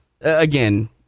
again